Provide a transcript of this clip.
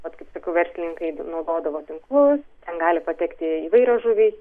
vat kaip sakau verslininkai naudodavo tinklus ten gali patekti įvairios žuvys